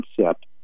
concept